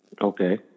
Okay